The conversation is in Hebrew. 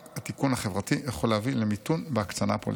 רק התיקון החברתי יכול להביא למיתון בהקצנה הפוליטית".